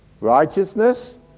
righteousness